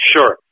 Sure